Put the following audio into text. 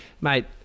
Mate